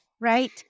right